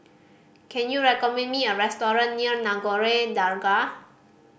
can you recommend me a restaurant near Nagore Dargah